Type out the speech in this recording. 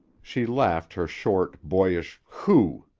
she laughed her short, boyish hoo!